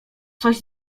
coś